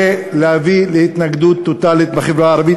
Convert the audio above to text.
זה להביא להתנגדות טוטלית בחברה הערבית,